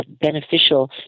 beneficial